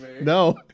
No